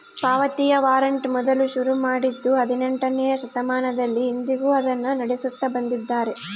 ಪಾವತಿಯ ವಾರಂಟ್ ಮೊದಲು ಶುರು ಮಾಡಿದ್ದೂ ಹದಿನೆಂಟನೆಯ ಶತಮಾನದಲ್ಲಿ, ಇಂದಿಗೂ ಅದನ್ನು ನಡೆಸುತ್ತ ಬಂದಿದ್ದಾರೆ